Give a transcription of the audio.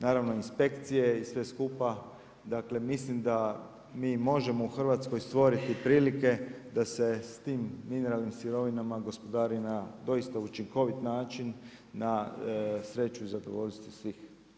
Naravno inspekcije i sve skupa, dakle, mislim da mi možemo u Hrvatskoj stvoriti prilike da se s tim mineralnim sirovinama gospodari doista na učinkovit način, na sreću i zadovoljstvo svih.